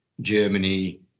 Germany